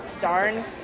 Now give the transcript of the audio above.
Darn